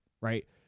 right